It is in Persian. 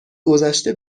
گذشته